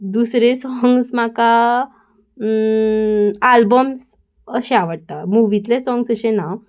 दुसरे सॉंग्स म्हाका आल्बम्स अशें आवडटा मुवींतले सॉंग्स अशें ना